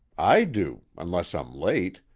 i do, unless i'm late,